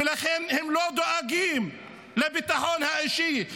ולכן הם לא דואגים לביטחון האישי.